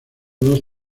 dos